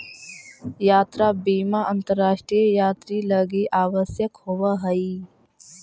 यात्रा बीमा अंतरराष्ट्रीय यात्रि लगी आवश्यक होवऽ हई